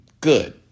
good